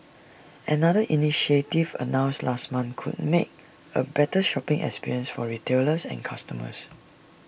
another initiative announced last month could make A better shopping experience for retailers and customers